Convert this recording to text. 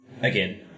again